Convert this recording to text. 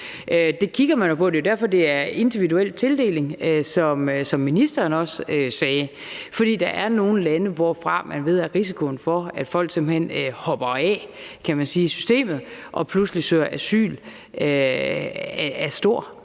Det kigger man på, og det er jo derfor, det er en individuel tildeling, som ministeren også sagde. For der er nogle lande, hvorfra man ved at risikoen for, at folk, kan man sige, simpelt hen hopper af i systemet og pludselig søger asyl, er stor.